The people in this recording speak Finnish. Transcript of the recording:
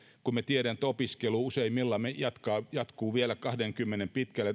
kun me tiedämme että opiskelu useimmilla jatkuu vielä pitkälle